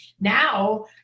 now